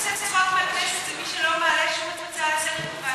למה צחוק?